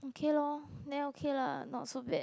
okay lor then okay lah not so bad